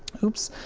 oops,